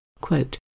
Quote